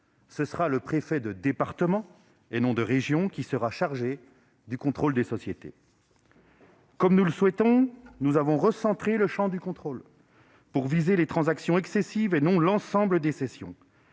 ce sera le préfet de département, et non celui de région, qui sera chargé du contrôle sociétaire. Comme nous le souhaitions, le champ du contrôle a été recentré pour viser les transactions excessives et non l'ensemble des cessions.